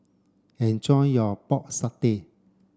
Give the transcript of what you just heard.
enjoy your pork satay